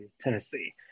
Tennessee